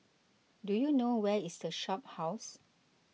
do you know where is the Shophouse